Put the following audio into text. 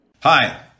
hi